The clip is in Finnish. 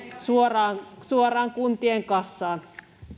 suoraan suoraan kuntien kassaan